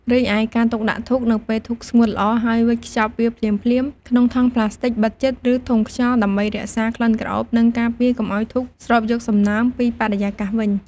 រីឯការទុកដាក់ធូបនៅពេលធូបស្ងួតល្អហើយវេចខ្ចប់វាភ្លាមៗក្នុងថង់ប្លាស្ទិកបិទជិត ឬធុងខ្យល់ដើម្បីរក្សាក្លិនក្រអូប និងការពារកុំឱ្យធូបស្រូបយកសំណើមពីបរិយាកាសវិញ។